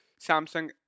Samsung